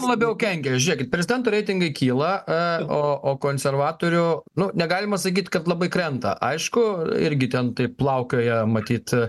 kam labiau kenkia žiūrėkit prezidento reitingai kyla o konservatorių nu negalima sakyt kad labai krenta aišku irgi ten taip plaukioja matyt